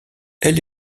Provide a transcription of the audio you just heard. elle